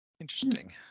Interesting